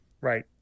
right